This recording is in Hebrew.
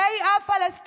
בתי אב פלסטיניים,